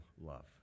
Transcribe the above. love